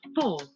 Four